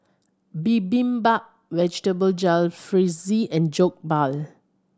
Bibimbap Vegetable Jalfrezi and Jokbal